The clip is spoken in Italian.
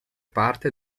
parte